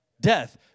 Death